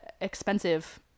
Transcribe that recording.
expensive